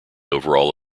overall